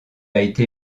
été